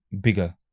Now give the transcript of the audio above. bigger